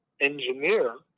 engineer